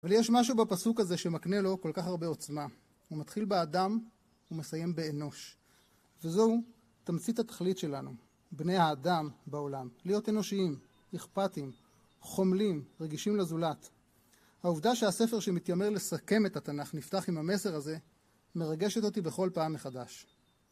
אבל יש משהו בפסוק הזה שמקנה לו כל כך הרבה עוצמה. הוא מתחיל באדם ומסיים באנוש. וזו תמצית התכלית שלנו, בני האדם בעולם, להיות אנושיים, אכפתים, חומלים, רגישים לזולת. העובדה שהספר שמתיימר לסכם את התנ״ך נפתח עם המסר הזה מרגשת אותי בכל פעם מחדש.